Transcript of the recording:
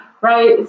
Right